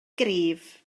gryf